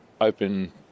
open